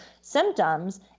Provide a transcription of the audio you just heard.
symptoms